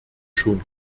schon